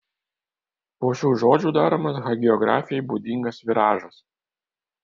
po šių žodžių daromas hagiografijai būdingas viražas